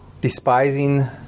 Despising